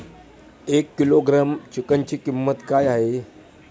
एक किलोग्रॅम चिकनची किंमत काय आहे?